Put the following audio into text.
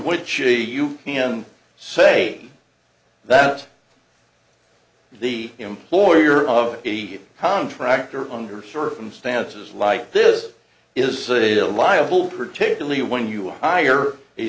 she you can say that the employer of a contractor under circumstances like this is a liable particularly when you hire a